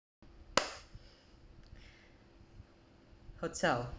hotel